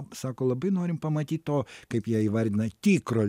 sako labai norim pamatyt to kaip jie įvardina tikro